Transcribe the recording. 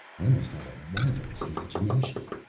i must have a marvelous imagination,